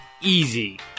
easy